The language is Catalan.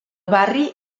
barri